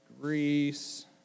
Greece